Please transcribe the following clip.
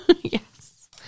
Yes